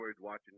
watching